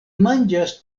manĝas